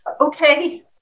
okay